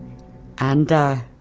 and